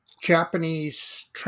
Japanese